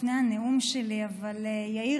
לפני הנאום שלי: יאיר,